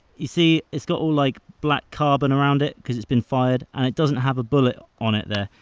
you see, it's got all like black carbon around it, cause it's been fired, and it doesn't have a bullet on it there,